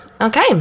okay